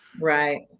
Right